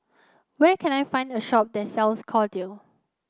where can I find a shop that sells Kordel